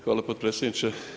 Hvala potpredsjedniče.